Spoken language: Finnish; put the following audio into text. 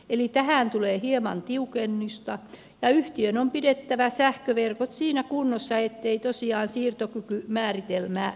eli tähän tulee hieman tiukennusta ja yhtiön on pidettävä sähköverkot siinä kunnossa ettei tosiaan siirtokykymääritelmää tarvittaisi